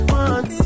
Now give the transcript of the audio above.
one